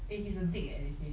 eh he's a dick eh they say